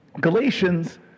Galatians